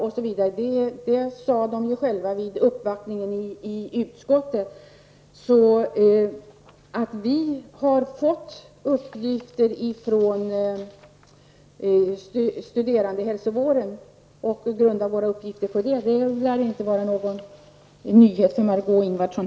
Det sades från det hållet vid den uppvaktning som var i utskottet. Sammanfattningsvis: Att vi har fått uppgifter från studerandehälsovården och att vi grundar våra påståenden på dessa lär alltså inte vara någon nyhet för Margó Ingvardsson.